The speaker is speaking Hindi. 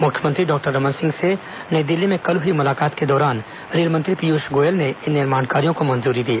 मुख्यमंत्री डॉक्टर रमन सिंह से नई दिल्ली में कल हई मुलाकात के दौरान रेलमंत्री पीयूष गोयल ने इन निर्माण कार्यो को मंजूरी दी